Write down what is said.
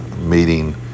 meeting